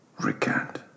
recant